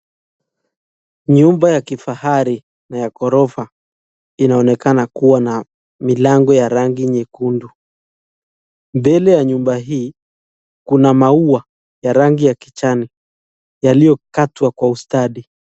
Nyumba ya kifahari na ya gorofa inaonekana kuwa na milango ya rangi nyekundu. Mbele ya nyumba hii kuna maua ya rangi ya kijani yaliyokatwa kwa ustadi.